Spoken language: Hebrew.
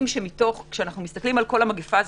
כשאנו מסתכלים על כל המגפה הזאת,